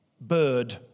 bird